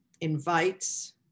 invites